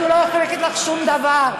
אנחנו לא יכולים לתת לך שום דבר.